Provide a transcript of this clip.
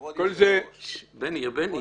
כבוד היושב-ראש --- כל זה --- בני, בני.